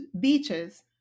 beaches